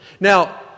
Now